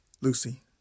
Lucy